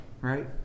Right